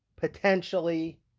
potentially